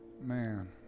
Man